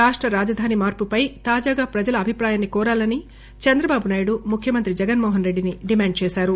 రాష్ట రాజధాని మార్చుపై తాజాగా ప్రజల అభిప్రాయాన్ని కోరాలని చంద్రబాబునాయుడు ముఖ్యమంత్రి జగన్మోహన్ రెడ్డిని డిమాండ్ చేశారు